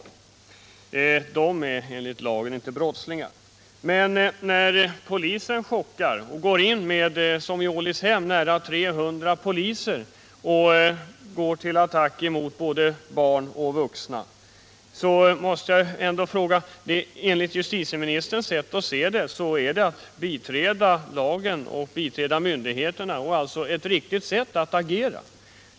Dessa fastighetsspekulanter är enligt lagen inte brottslingar. Men när polisen gör chock och — som i Ålidshem - med nära 300 polismän går till attack mot både barn och vuxna, måste jag ändå fråga: Är det enligt justitieministerns uppfattning att biträda lagen och biträda myndigheterna och alltså ett riktigt sätt att agera?